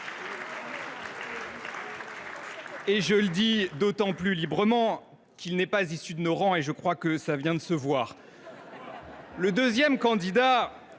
Je le dis d’autant plus librement qu’il n’est pas issu de nos rangs – je crois que cela vient de se voir. Le deuxième candidat,